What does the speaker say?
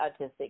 autistic